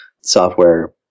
software